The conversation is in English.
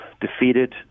defeated